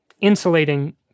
insulating